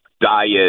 diet